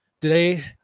Today